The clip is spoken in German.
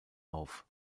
auf